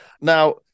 Now